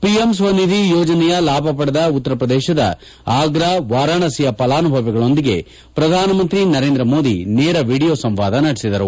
PM Svanidhi ಯೋಜನೆಯ ಲಾಭ ಪಡೆದ ಉತ್ತರಪ್ರದೇಶದ ಆಗ್ರಾ ವಾರಾಣಸಿಯ ಫಲಾನುಭವಿಗಳೊಂದಿಗೆ ಪ್ರಧಾನಮಂತ್ರಿ ನರೇಂದ್ರ ಮೋದಿ ನೇರ ವಿಡಿಯೋ ಸಂವಾದ ನಡೆಸಿದರು